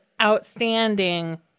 outstanding